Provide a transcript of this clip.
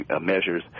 measures